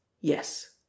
Yes